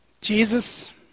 Jesus